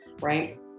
Right